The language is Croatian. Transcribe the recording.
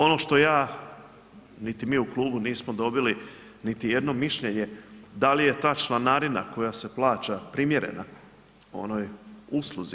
Ono što ja niti mi u klubu nismo dobili niti jedno mišljenje da li je ta članarina koja se plaća primjerena onoj usluzi.